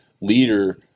leader